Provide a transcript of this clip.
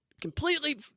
completely